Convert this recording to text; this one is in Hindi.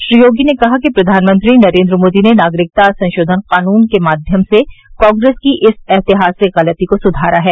श्री योगी ने कहा कि प्रधानमंत्री नरेंद्र मोदी ने नागरिकता संशोधन कानून के माध्यम से कांग्रेस की इस ऐतिहासिक गलती को सुधारा है